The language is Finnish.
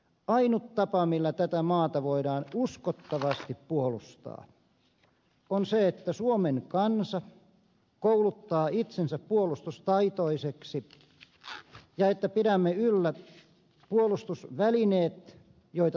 ainut tapa millä tätä maata voidaan uskottavasti puolustaa on se että suomen kansa kouluttaa itsensä puolustustaitoiseksi ja että pidämme yllä puolustusvälineitä joita tarvitaan